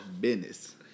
Business